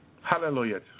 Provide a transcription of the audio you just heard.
Hallelujah